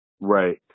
Right